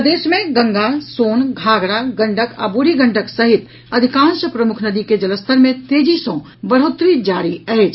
प्रदेश मे गंगा सोन घाघरा गंडक आ बूढ़ी गंडक सहित अधिकांश प्रमुख नदी के जलस्तर मे तेजी सँ बढ़ोतरी जारी अछि